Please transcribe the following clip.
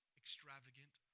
extravagant